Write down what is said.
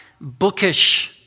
bookish